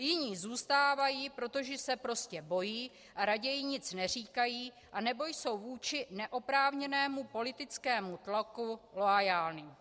Jiní zůstávají, protože se prostě bojí a raději nic neříkají, anebo jsou vůči neoprávněnému politickému tlaku loajální.